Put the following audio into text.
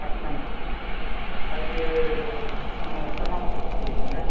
butter naan அதுக்கு சன்னா மசாலா கொடுத்துருங்க